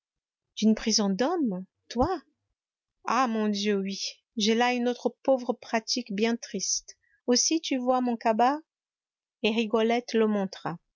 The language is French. d'hommes d'une prison d'hommes toi ah mon dieu oui j'ai là une autre pauvre pratique bien triste aussi tu vois mon cabas et rigolette le